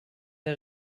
der